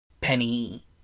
Penny